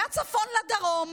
מהצפון לדרום.